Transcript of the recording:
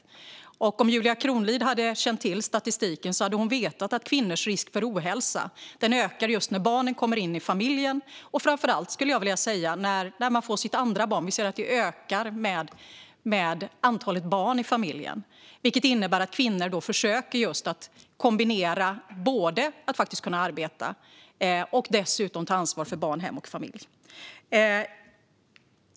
Om Julia Kronlid hade känt till statistiken hade hon vetat att kvinnors risk för ohälsa ökar just när barnen kommer in i familjen och framför allt, skulle jag vilja säga, när man får sitt andra barn. Vi ser att risken ökar med antalet barn i familjen, vilket innebär att kvinnor försöker kombinera att arbeta och att ta ansvar för barn, hem och familj.